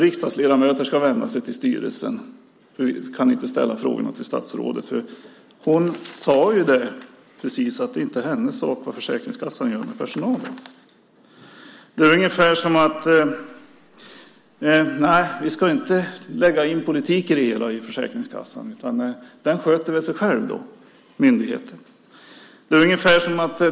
Riksdagsledamöter ska vända sig till styrelsen för vi kan inte ställa frågorna till statsrådet. Hon sade precis att det inte är hennes sak vad Försäkringskassan gör med personalen. Det är ungefär som att säga att vi inte ska lägga in politik i Försäkringskassan. Den myndigheten sköter sig själv.